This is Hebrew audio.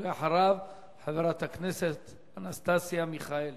אחריו, חברת הכנסת אנסטסיה מיכאלי.